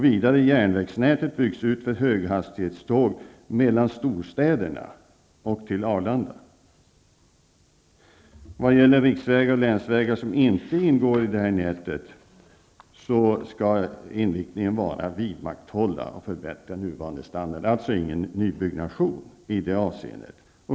Vidare skall järnvägsnätet byggas ut för höghastighetståg mellan storstäderna och till Arlanda. Vad gäller riksvägar och länsvägar som inte ingår i det här nätet skall inriktningen vara att vidmakthålla och förbättra nuvarande standard, alltså ingen nybyggnation i det avseendet.